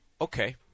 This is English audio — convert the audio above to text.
Okay